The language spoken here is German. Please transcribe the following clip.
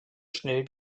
schnell